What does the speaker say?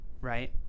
right